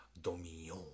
Dominion